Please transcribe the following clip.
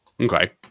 Okay